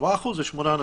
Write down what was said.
4% זה שמונה אנשים.